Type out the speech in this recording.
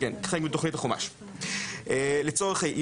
כן, חלק מתוכנית החומש.